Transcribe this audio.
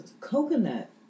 coconut